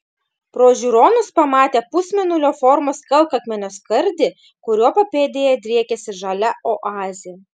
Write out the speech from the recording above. pro žiūronus pamatė pusmėnulio formos kalkakmenio skardį kurio papėdėje driekėsi žalia oazė